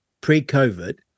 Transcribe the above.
pre-COVID